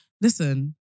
listen